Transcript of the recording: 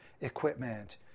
equipment